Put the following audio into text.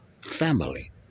family